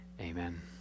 Amen